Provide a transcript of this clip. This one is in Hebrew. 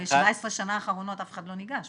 ב-17 השנה האחרונות אף אחד לא ניגש,